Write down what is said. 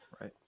Right